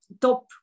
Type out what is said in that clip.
top